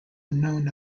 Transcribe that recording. unknown